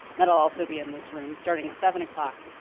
that'll also be in this room starting at seven o'clock.